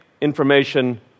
information